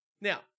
Now